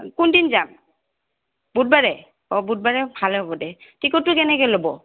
কোনদিন যাম বুধবাৰে অঁ বুধবাৰে ভালে হ'ব দেই টিকটটো কেনেকৈ ল'ব